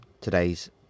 today's